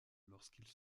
lorsqu’ils